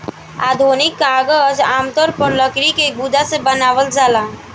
आधुनिक कागज आमतौर पर लकड़ी के गुदा से बनावल जाला